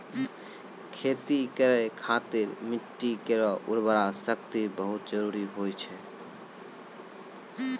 खेती करै खातिर मिट्टी केरो उर्वरा शक्ति बहुत जरूरी होय छै